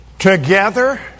Together